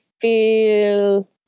feel